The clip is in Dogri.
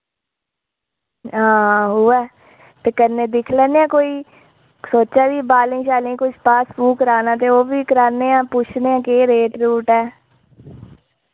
हां उ'ऐ ते कन्नै दिक्ख लैन्ने आं कोई सोचा दी ही बालें शालें कोई स्पा स्पू कराना ते ओह् बी कराने आं पुच्छनेआं केह् रेट रूट ऐ